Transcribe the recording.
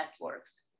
networks